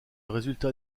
résultat